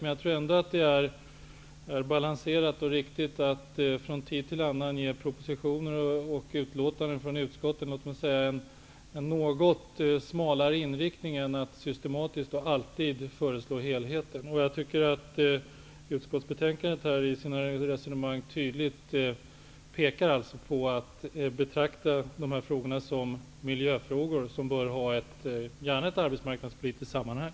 Men jag tror ändå att det är balanserat och riktigt att från tid till annan ge propositioner och utskottsutlåtanden en något smalare inriktning i stället för att systematiskt och alltid föreslå helheter. Jag tycker att resonemangen i utskottsbetänkandet tydligt betraktar dessa frågor som miljöfrågor som gärna bör ha ett arbetsmarknadspolitiskt sammanhang.